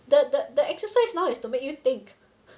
the the the exercise now is to make you think